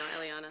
Eliana